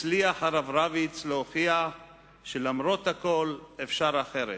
הצליח הרב רביץ להוכיח שלמרות הכול אפשר אחרת.